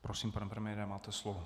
Prosím, pane premiére, máte slovo.